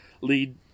lead